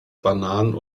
bananen